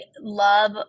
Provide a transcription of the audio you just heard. love